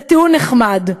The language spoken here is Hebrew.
זה טיעון נחמד,